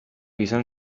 izan